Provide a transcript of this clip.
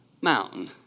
mountain